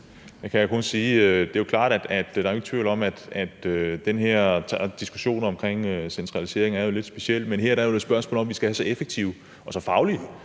at der ikke er nogen tvivl om, at den her diskussion om centralisering er lidt speciel, men her er det et spørgsmål om, at vi skal have en så effektiv og så fagligt